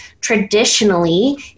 traditionally